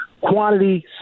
quantity